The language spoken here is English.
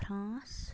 France